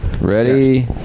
Ready